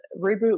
Reboot